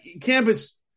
campus